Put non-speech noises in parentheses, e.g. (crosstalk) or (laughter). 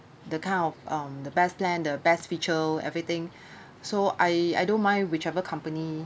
the kind of um the best plan the best feature everything (breath) so I I don't mind whichever company